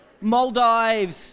Maldives